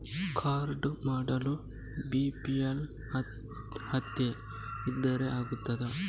Card ಮಾಡಲು BPL ಅರ್ಹತೆ ಇದ್ದರೆ ಆಗುತ್ತದ?